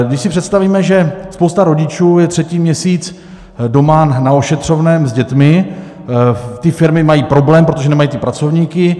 Když si představíme, že spousta rodičů je třetí měsíc doma na ošetřovném s dětmi, firmy mají problém, protože nemají ty pracovníky.